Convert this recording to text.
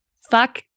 Fuck